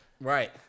Right